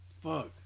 Fuck